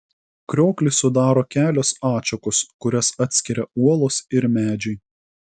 krioklį sudaro kelios atšakos kurias atskiria uolos ir medžiai